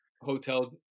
hotel